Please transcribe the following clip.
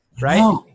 Right